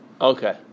Okay